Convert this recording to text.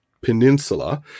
peninsula